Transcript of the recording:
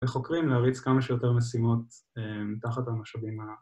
‫וחוקרים להריץ כמה שיותר משימות ‫תחת המשאבים האלה.